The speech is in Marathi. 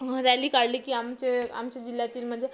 रॅली काढली की आमचे आमच्या जिल्ह्यातील म्हणजे